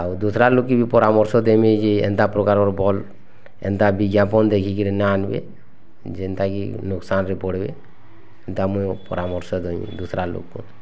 ଆଉ ଦୁସ୍ରା ଲୁକେକି ପରାମର୍ଶ ଦେମି ଯେ ଏନ୍ତା ପ୍ରକାର୍ ଭଲ୍ ଏନ୍ତା ବିଜ୍ଞାପନ୍ ଦେଖିକରି ନା ଆନବେ ଜେନ୍ତାକି ନୁକ୍ସାନ୍ରେ ପଡ଼୍ବେ ଏନ୍ତା ମୁଇଁ ପରାମର୍ଶ ଦେବି ଦୁସ୍ରା ଲୁକ୍କୁ